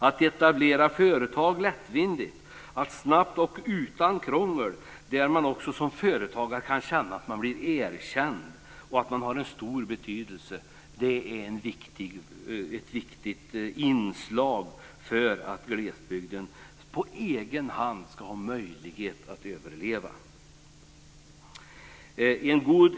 Att etablera företag lättvindigt och snabbt utan krångel där man vill och också som företagare kunna känna att man blir erkänd och att man har en stor betydelse är ett viktigt inslag för att glesbygden på egen hand ska ha möjlighet att överleva.